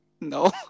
no